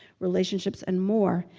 relationships, and more,